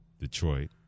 Detroit